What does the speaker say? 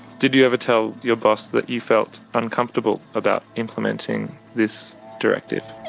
did you ever tell your boss that you felt uncomfortable about implementing this directive?